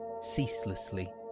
ceaselessly